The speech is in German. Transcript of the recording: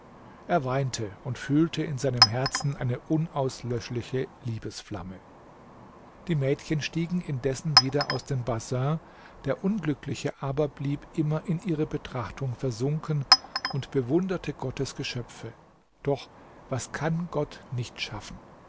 er weinte und fühlte in seinem herzen eine unauslöschliche liebesflamme die mädchen stiegen indessen wieder aus dem bassin der unglückliche aber blieb immer in ihre betrachtung versunken und bewunderte gottes geschöpfe doch was kann gott nicht schaffen